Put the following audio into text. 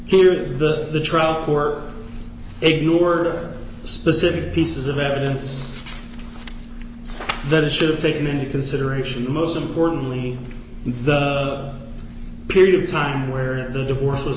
here the trial court ignored or specific pieces of evidence that it should have taken into consideration most importantly the period of time where the divorce was